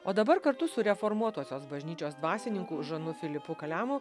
o dabar kartu su reformuotosios bažnyčios dvasininku žanu filipu kalemu